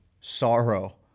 sorrow